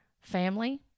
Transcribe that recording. family